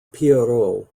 pierrot